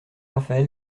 raphaël